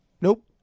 nope